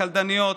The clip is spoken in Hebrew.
לקלדניות,